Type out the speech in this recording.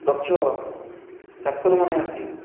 ଦକ୍ଷ ଡାକ୍ତରମାନେ ଆସି